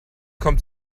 kommt